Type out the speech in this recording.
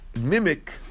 mimic